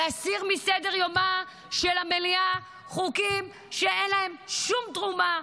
להסיר מסדר-יומה של המליאה חוקים שאין להם שום תרומה,